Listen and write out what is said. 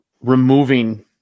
removing